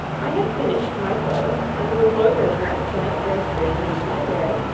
i had finished my toilet, and was loitering with frank bracebridge in the library,